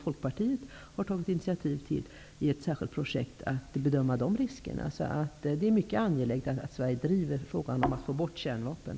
Folkpartiet har tagit initiativ till ett särskilt projekt som skall bedöma dessa risker. Det är mycket angeläget att Sverige driver frågan om att få bort kärnvapen.